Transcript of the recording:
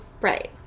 right